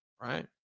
right